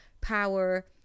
power